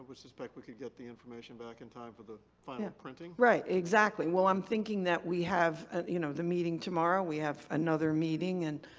suspect we could get the information back in time for the final printing. right. exactly. well, i'm thinking that we have ah you know the meeting tomorrow. we have another meeting and,